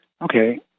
Okay